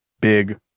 big